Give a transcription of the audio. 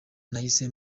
nahise